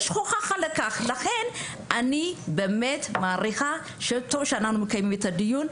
יש הוכחה לכך, לכן טוב שאנחנו מקיימים את הדיון.